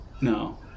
no